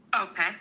Okay